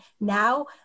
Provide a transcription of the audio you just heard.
now